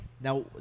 now